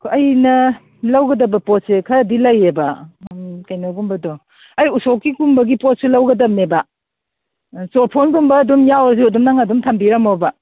ꯑꯩꯅ ꯂꯧꯒꯗꯕ ꯄꯣꯠꯁꯦ ꯈꯔꯗꯤ ꯂꯩꯌꯦꯕ ꯎꯝ ꯀꯩꯅꯣꯒꯨꯝꯕꯗꯣ ꯑꯩ ꯎꯁꯣꯞꯀꯤ ꯒꯨꯝꯕꯒꯤ ꯄꯣꯠꯁꯨ ꯂꯧꯔꯗꯧꯅꯦꯕ ꯆꯣꯔꯐꯣꯟꯒꯨꯝꯕ ꯑꯗꯨꯝ ꯌꯥꯎꯔꯁꯨ ꯑꯗꯨꯝ ꯅꯪ ꯑꯗꯨꯝ ꯊꯝꯕꯤꯔꯝꯃꯣꯕ